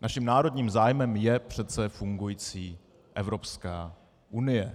naším národním zájmem je přece fungující Evropská unie.